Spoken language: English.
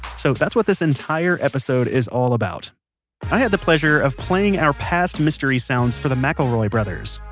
so that's what this entire episode is all about i had the pleasure of playing our past mystery sounds for the mcelroy brothers,